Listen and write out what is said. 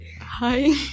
Hi